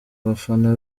bafana